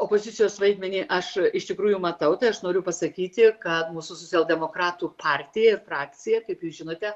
opozicijos vaidmenį aš iš tikrųjų matau tai aš noriu pasakyti kad mūsų socialdemokratų partija ir frakcija kaip jūs žinote